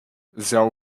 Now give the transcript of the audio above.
they